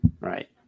Right